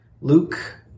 luke